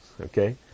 Okay